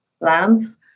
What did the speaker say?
lambs